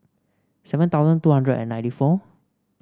seven thousand two hundred and ninety four